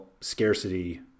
scarcity